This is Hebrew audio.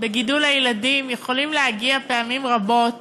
בגידול הילדים יכולים להגיע פעמים רבות